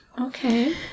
Okay